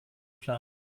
plan